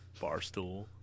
Barstool